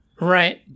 Right